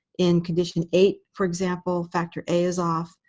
in condition eight, for example, factor a is off,